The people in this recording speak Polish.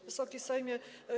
Wysoki Sejmie!